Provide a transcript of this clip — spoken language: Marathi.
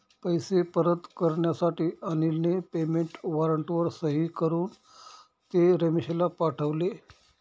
पैसे परत करण्यासाठी अनिलने पेमेंट वॉरंटवर सही करून ते रमेशला पाठवले